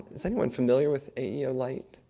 is anyone familiar with aeo light?